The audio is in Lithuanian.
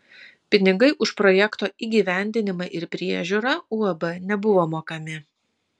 pinigai už projekto įgyvendinimą ir priežiūrą uab nebuvo mokami